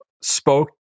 spoke